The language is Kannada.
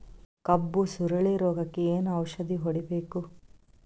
ಕಬ್ಬು ಸುರಳೀರೋಗಕ ಏನು ಔಷಧಿ ಹೋಡಿಬೇಕು?